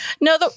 No